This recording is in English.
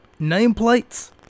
nameplates